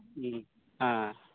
ᱦᱮᱸ